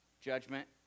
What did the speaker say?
Judgment